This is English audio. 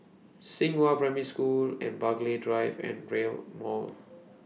Xinghua Primary School and Burghley Drive and Rail Mall